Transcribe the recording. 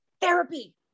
therapy